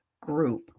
group